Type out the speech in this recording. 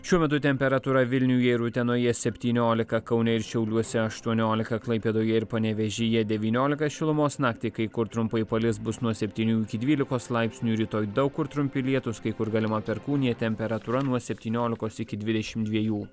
šiuo metu temperatūra vilniuje ir utenoje septyniolika kaune ir šiauliuose aštuoniolika klaipėdoje ir panevėžyje devyniolika šilumos naktį kai kur trumpai palis bus nuo septynių iki dvylikos laipsnių rytoj daug kur trumpi lietūs kai kur galima perkūnija temperatūra nuo septyniolikos iki dvidešim dviejų